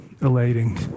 elating